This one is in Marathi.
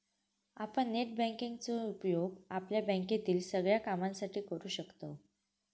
आपण नेट बँकिंग चो उपयोग आपल्या बँकेतील सगळ्या कामांसाठी करू शकतव